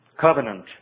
covenant